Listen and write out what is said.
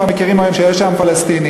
ואנחנו מכירים היום שיש עם פלסטיני.